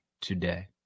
today